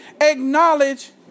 acknowledge